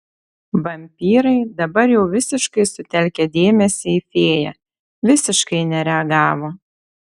vampyrai dabar jau visiškai sutelkę dėmesį į fėją visiškai nereagavo